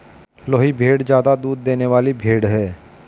लोही भेड़ ज्यादा दूध देने वाली भेड़ है